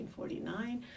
1949